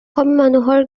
মানুহৰ